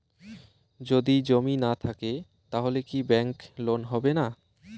যদি জমি না থাকে তাহলে কি ব্যাংক লোন হবে না?